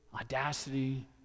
Audacity